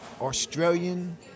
Australian